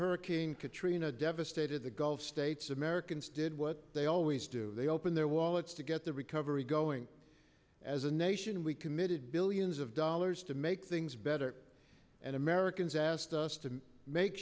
hurricane katrina devastated the gulf states americans did what they always do they open their wallets to get the recovery going as a nation we committed billions of dollars to make things better and americans asked us to make